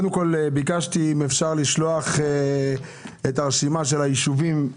ביקשתי אם אפשר לשלוח את רשימת היישובים,